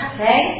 Okay